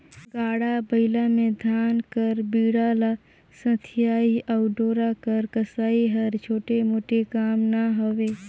गाड़ा बइला मे धान कर बीड़ा ल सथियई अउ डोरा कर कसई हर छोटे मोटे काम ना हवे